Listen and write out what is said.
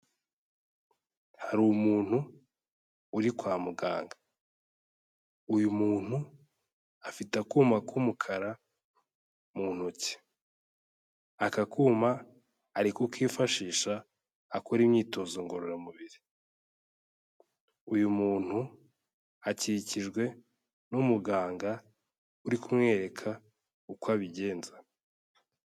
Hari umuntu uri kwa muganga, uyu muntu afite akuma k'umukara mu ntoki, aka kuma ari kukifashisha akora imyitozo ngororamubiri, uyu muntu akikijwe n'umuganga uri kumwereka uko abigenza.